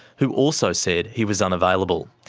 who also said he was unavailable.